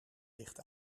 ligt